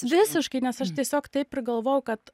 visiškai nes aš tiesiog taip ir galvojau kad